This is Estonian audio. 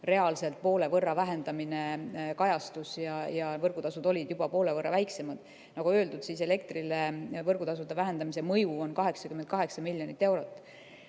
reaalselt poole võrra vähendamine kajastus ja võrgutasud olid juba poole võrra väiksemad. Nagu öeldud, elektri võrgutasude vähendamise mõju on 88 miljonit eurot.